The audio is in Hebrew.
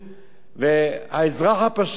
והאזרח הפשוט מצפה,